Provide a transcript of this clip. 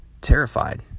terrified